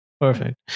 Perfect